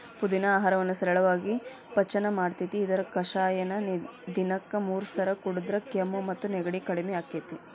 ಪುದಿನಾ ಆಹಾರವನ್ನ ಸರಳಾಗಿ ಪಚನ ಮಾಡ್ತೆತಿ, ಇದರ ಕಷಾಯನ ದಿನಕ್ಕ ಮೂರಸ ಕುಡದ್ರ ಕೆಮ್ಮು ಮತ್ತು ನೆಗಡಿ ಕಡಿಮಿ ಆಕ್ಕೆತಿ